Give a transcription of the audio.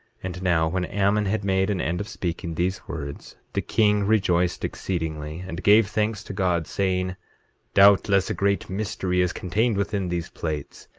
and now, when ammon had made an end of speaking these words the king rejoiced exceedingly, and gave thanks to god, saying doubtless a great mystery is contained within these plates,